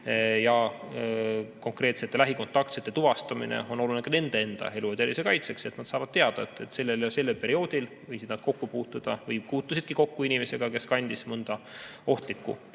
Konkreetsete lähikontaktsete tuvastamine on oluline ka nende enda elu ja tervise kaitseks, nad saavad teada, et sel ja sel ajal võisid nad kokku puutuda või puutusidki kokku inimesega, kes kandis mõnda ohtlikku